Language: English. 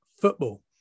football